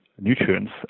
nutrients